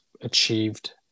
achieved